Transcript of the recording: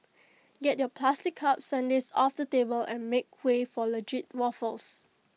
get your plastic cup sundaes off the table and make way for legit waffles